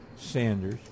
Sanders